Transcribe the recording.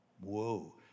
Whoa